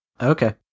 okay